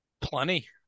Plenty